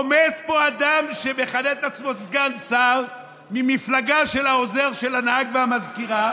עומד פה אדם שמכנה את עצמו סגן שר ממפלגה של העוזר של הנהג והמזכירה